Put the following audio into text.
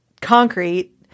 concrete